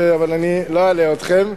אבל אני לא אלאה אתכם,